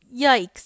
yikes